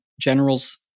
generals